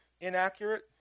inaccurate